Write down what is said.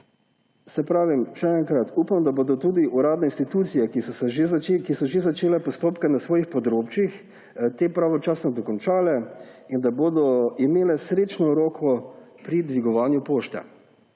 v pomoč. Še enkrat, upam da bodo tudi uradne institucije, ki so že začele postopke na svojih področjih, te pravočasno dokončale in da bodo imele srečno roko pri dvigovanju pošte.